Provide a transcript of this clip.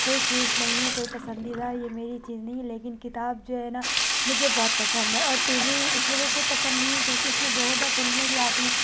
کوئی چیز نہیں ہے کوئی پسندیدہ یہ میری چیز نہیں ہے لیکن کتاب جو ہے نا مجھے بہت پسند ہے اور ٹی وی اِس وجہ سے پسند نہیں ہے کیونکہ اِس میں بیہودہ فلمیں بھی آتی ہیں